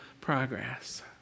progress